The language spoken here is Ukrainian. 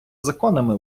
законами